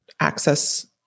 access